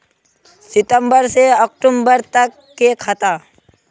सितम्बर से अक्टूबर तक के खाता?